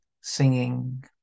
singing